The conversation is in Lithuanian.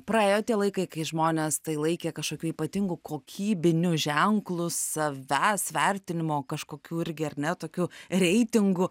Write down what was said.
praėjo tie laikai kai žmonės tai laikė kažkokiu ypatingu kokybiniu ženklu savęs vertinimo kažkokiu irgi ar ne tokiu reitingu